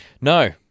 No